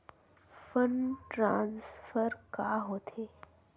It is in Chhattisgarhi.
फंड ट्रान्सफर का होथे?